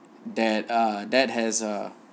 that uh that has a